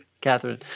Catherine